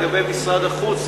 לגבי משרד החוץ,